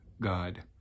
God